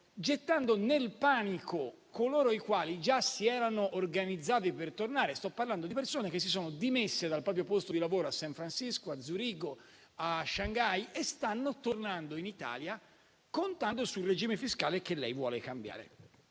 gettando nel panico coloro i quali già si erano organizzati per tornare. Sto parlando di persone che si sono dimesse dal proprio posto di lavoro a San Francisco, a Zurigo, a Shanghai, e stanno tornando in Italia contando sul regime fiscale che lei vuole cambiare.